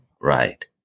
right